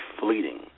fleeting